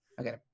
Okay